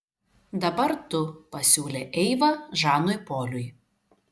dabar tu pasiūlė eiva žanui poliui